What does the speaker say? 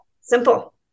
Simple